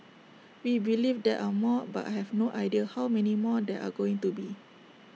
we believe there are more but I have no idea how many more there are going to be